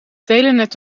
telenet